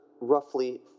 roughly